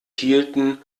hielten